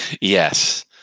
Yes